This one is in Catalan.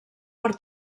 per